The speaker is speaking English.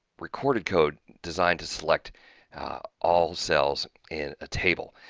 recorded code designed to select all cells in a table.